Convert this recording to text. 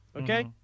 Okay